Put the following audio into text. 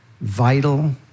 vital